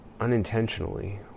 unintentionally